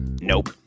Nope